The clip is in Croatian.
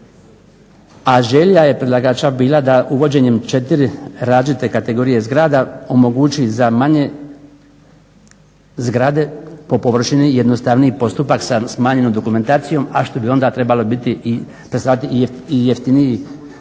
a želja je predlagača bila da uvođenjem četiri različite kategorije zgrada omogući za manje zgrade po površini jednostavniji postupak sa smanjenom dokumentacijom a što bi onda trebalo biti da skratim i